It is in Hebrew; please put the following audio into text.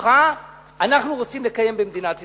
חשוכה אנחנו רוצים לקיים במדינת ישראל.